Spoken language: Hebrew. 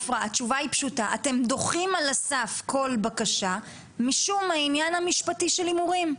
אתם דוחים על הסף כל בקשה משום העניין המשפטי של הימורים.